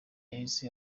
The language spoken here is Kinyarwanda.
yahise